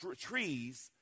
trees